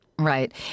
Right